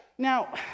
Now